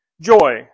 Joy